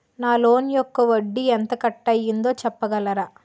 నా లోన్ యెక్క వడ్డీ ఎంత కట్ అయిందో చెప్పగలరా?